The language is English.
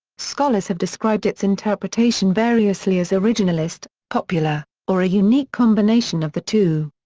scholars have described its interpretation variously as originalist, popular, or a unique combination of the two.